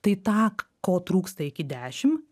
tai tą k ko trūksta iki dešim